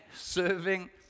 serving